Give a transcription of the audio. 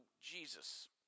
Jesus